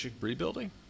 rebuilding